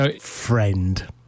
Friend